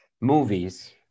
movies